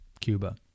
Cuba